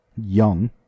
young